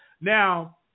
Now